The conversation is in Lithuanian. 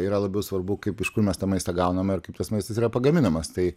yra labiau svarbu kaip iš kur mes tą maistą gauname ar kaip tas maistas yra pagaminamas tai